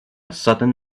sudden